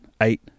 eight